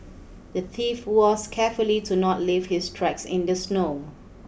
the thief was careful to not leave his tracks in the snow